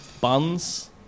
buns